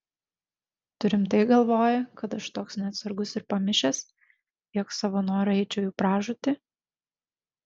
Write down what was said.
tu rimtai galvoji kad aš toks neatsargus ir pamišęs jog savo noru eičiau į pražūtį